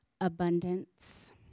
abundance